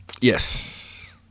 Yes